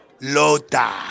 Lota